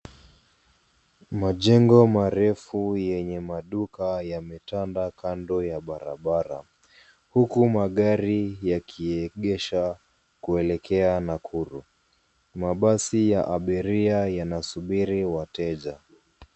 Majengo marefu yenye duka yametanda kando ya barabara huku magary yakiegesha kuelekea Nakuru. Mabasi ya abiria yanasubiri wateja.